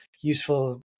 useful